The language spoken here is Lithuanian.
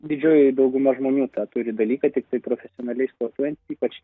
didžioji dauguma žmonių tą turi dalyką tiktai profesionaliai sportuojant ypač